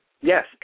Yes